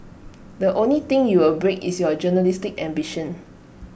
the only thing you will break is your journalistic ambition